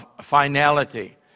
finality